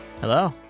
Hello